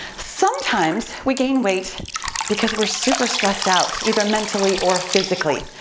sometimes we gain weight because we're super stressed out either mentally or physically.